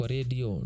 Radio